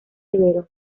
severo